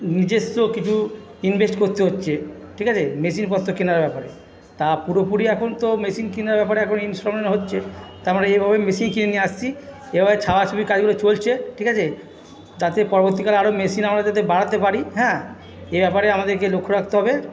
নিজস্ব কিছু ইনভেস্ট করতে হচ্ছে ঠিক আছে মেশিনপত্র কেনার ব্যাপারে তা পুরোপুরি এখন তো মেশিন কেনার ব্যাপারে এখন ইনস্টলমেন্টে হচ্ছে তা আমরা এইভাবে মেশিন কিনে নিয়ে আসছি এবারে ছাপাছাপির কাজগুলো চলছে ঠিক আছে যাতে পরবর্তীকালে আরো মেশিন আমরা যাতে বাড়াতে পারি হ্যাঁ এই ব্যাপারে আমাদেরকে লক্ষ্য রাখতে হবে